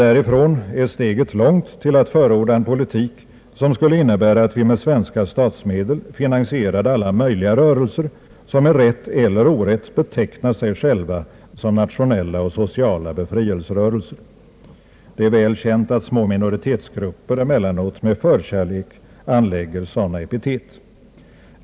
Därifrån är dock steget långt till att förorda en politik som skulle innebära att vi med svenska statsmedel finansierade alla möjliga rörelser som med rätt eller orätt betecknade sig själva som nationella och sociala befrielserörelser. Det är väl känt att små minoritetsgrupper emellanåt med förkärlek utnyttjar sådana epitet.